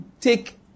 take